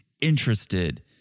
interested